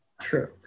true